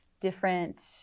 different